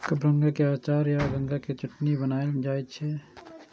कबरंगा के अचार आ गंगा के चटनी बनाएल जाइ छै